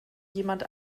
jemand